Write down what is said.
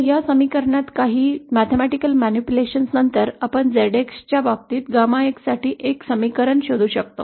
आता या समीकरणातून काही गणितीय फेरफारानंतर आम्ही ZX च्या बाबतीत 𝜞 साठी एक समीकरण शोधू शकतो